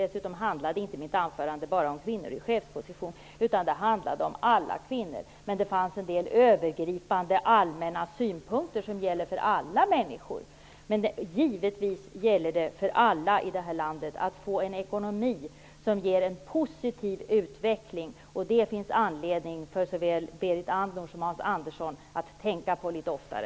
Dessutom handlade inte mitt anförande enbart om kvinnor i chefsposition, utan det handlade om alla kvinnor. Men det finns en del övergripande allmänna synpunkter som gäller för alla människor. Givetvis gäller det för alla i detta land att få en ekonomi som ger en positiv utveckling. Det finns anledning för såväl Berit Andnor som Hans Andersson att tänka på det litet oftare.